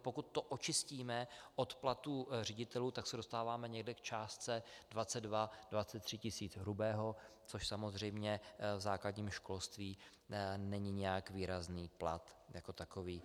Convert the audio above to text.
Pokud to očistíme od platů ředitelů, tak se dostáváme někde k částce 2223 tisíc hrubého, což samozřejmě v základním školství není nijak výrazný plat jako takový.